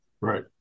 Right